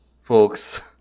folks